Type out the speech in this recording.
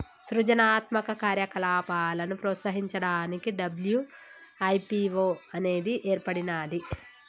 సృజనాత్మక కార్యకలాపాలను ప్రోత్సహించడానికి డబ్ల్యూ.ఐ.పీ.వో అనేది ఏర్పడినాది